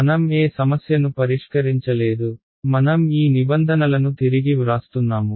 మనం ఏ సమస్యను పరిష్కరించలేదు మనం ఈ నిబంధనలను తిరిగి వ్రాస్తున్నాము